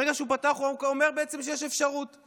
ברגע שהוא פתח, הוא אומר בעצם שיש אפשרות.